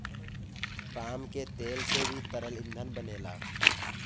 palm के तेल से भी तरल ईंधन बनेला